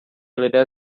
lidé